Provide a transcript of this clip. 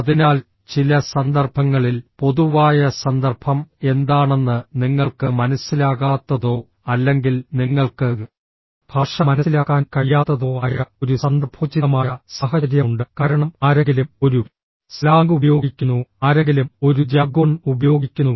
അതിനാൽ ചില സന്ദർഭങ്ങളിൽ പൊതുവായ സന്ദർഭം എന്താണെന്ന് നിങ്ങൾക്ക് മനസ്സിലാകാത്തതോ അല്ലെങ്കിൽ നിങ്ങൾക്ക് ഭാഷ മനസിലാക്കാൻ കഴിയാത്തതോ ആയ ഒരു സന്ദർഭോചിതമായ സാഹചര്യമുണ്ട് കാരണം ആരെങ്കിലും ഒരു സ്ലാംഗ് ഉപയോഗിക്കുന്നു ആരെങ്കിലും ഒരു ജാർഗോൺ ഉപയോഗിക്കുന്നു